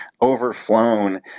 overflown